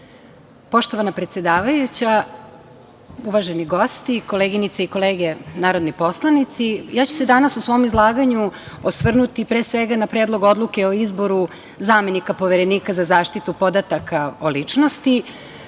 Poštovana predsedavajuća, uvaženi gosti, koleginice i kolege narodni poslanici, ja ću se danas u svom izlaganju osvrnuti, pre svega, na Predlog odluke o izboru zamenika Poverenika za zaštitu podataka o